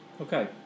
Okay